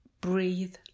breathe